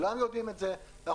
כולם יודעים את זה,